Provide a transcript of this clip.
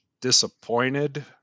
disappointed